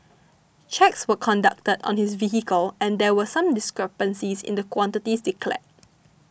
checks were conducted on his vehicle and there were some discrepancies in the quantities declared